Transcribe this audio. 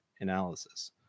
analysis